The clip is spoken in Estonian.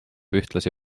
ühtlasi